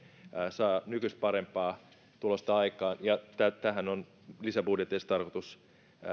saa nykyistä parempaa tulosta aikaan ja tähän on lisäbudjeteista tarkoitus